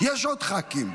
יש עוד ח"כים.